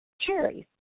cherries